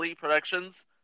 Productions